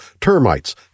termites